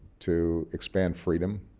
to expand freedom